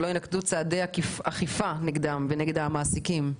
לא יינקטו צעדי אכיפה נגדם ונגד המעסיקים שלהם.